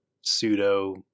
pseudo